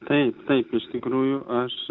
taip taip iš tikrųjų aš